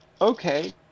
Okay